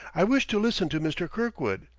i wish to listen to mr. kirkwood.